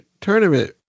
tournament